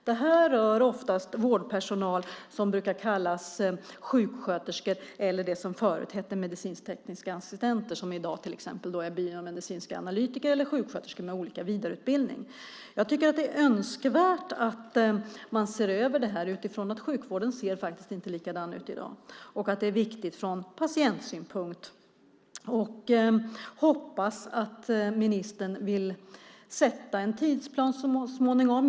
Detta rör oftast vårdpersonal som brukar kallas sjuksköterskor eller som förut kallades medicinsk-tekniska assistenter och som i dag är biomedicinska analytiker eller sjuksköterskor med olika former av vidareutbildning. Det är önskvärt att man ser över detta, för sjukvården ser inte likadan ut i dag. Det är viktigt ur patientsynpunkt. Jag hoppas att ministern vill sätta en tidsplan så småningom.